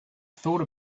thought